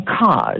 cars